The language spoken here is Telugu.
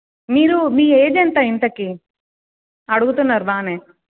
మీరు మీ ఏజ్ ఎంత ఇంతకీ అడుగుతున్నారు బాగానే